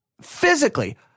Physically